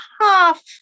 half